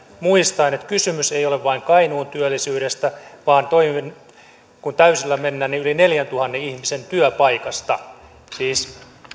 muistaen että kysymys ei ole vain kainuun työllisyydestä vaan kun täysillä mennään niin yli neljäntuhannen ihmisen työpaikasta siis